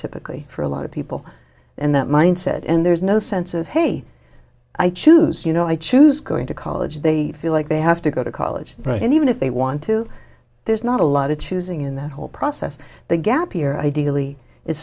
typically for a lot of people and that mindset and there's no sense of hey i choose you know i choose going to college they feel like they have to go to college and even if they want to there's not a lot of choosing in that whole process the gap year ideally i